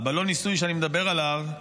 בלון הניסוי שאני מדבר עליו,